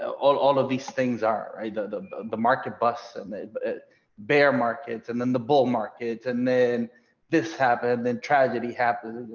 all all of these things are right the the market bus i mean bear markets and then the bull markets and then this happened then tragedy happened.